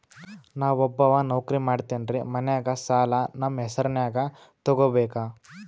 ನಾ ಒಬ್ಬವ ನೌಕ್ರಿ ಮಾಡತೆನ್ರಿ ಮನ್ಯಗ ಸಾಲಾ ನಮ್ ಹೆಸ್ರನ್ಯಾಗ ತೊಗೊಬೇಕ?